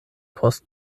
post